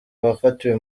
abafatiwe